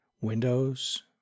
Windows